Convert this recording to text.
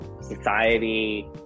society